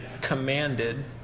commanded